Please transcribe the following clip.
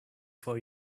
for